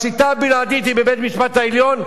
השיטה הבלעדית היא בבית-המשפט העליון,